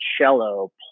cello